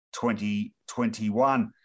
2021